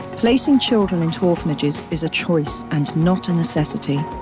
placing children into orphanages is a choice and not a necessity.